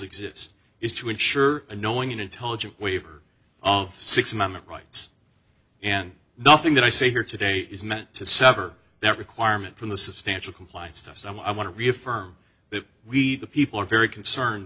exist is to ensure a knowing and intelligent waiver of six month rights and nothing that i say here today is meant to sever that requirement from the substantial compliance test i want to reaffirm that we the people are very concerned